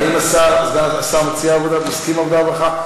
האם סגן השר מסכים, עבודה ורווחה?